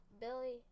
Billy